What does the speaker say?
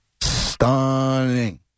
stunning